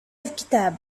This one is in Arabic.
الكتاب